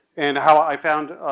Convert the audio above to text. and how i found,